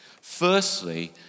Firstly